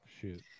shoot